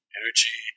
energy